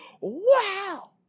wow